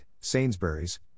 Sainsbury's